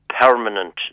permanent